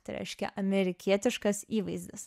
tai reiškia amerikietiškas įvaizdis